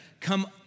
come